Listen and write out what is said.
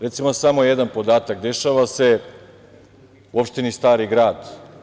Recimo samo jedan podatak – dešava se u opštini Stari grad.